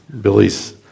Billy's